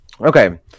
Okay